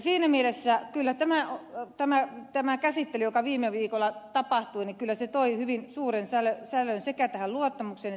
siinä mielessä kyllä tämä käsittely joka viime viikolla tapahtui toi hyvin suuren särön sekä tähän luottamukseen että sosiaalitupoon